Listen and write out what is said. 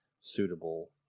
suitable